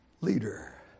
leader